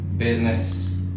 business